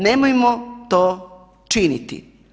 Nemojmo to činiti.